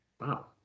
Wow